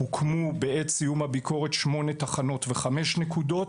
הוקמו בעת סיום הביקורת שמונה תחנות וחמש נקודות,